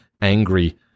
angry